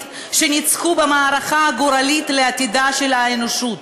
שניצחו במערכה הגורלית לעתידה של האנושות,